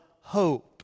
hope